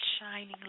shining